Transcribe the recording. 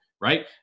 right